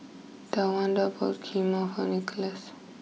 Tawanda bought Kheema Nicholaus